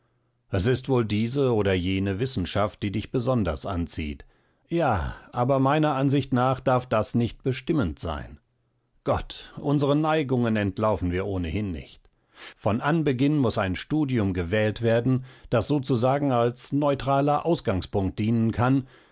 es ist wohl diese oder jene wissenschaft die dich besonders anzieht ja aber meiner ansicht nach darf das nicht bestimmend sein gott unseren neigungen entlaufen wir ohnehin nicht von anbeginn muß ein studium gewählt werden das sozusagen als neutraler ausgangspunkt dienen kann